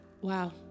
Wow